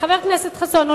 חבר הכנסת חסון,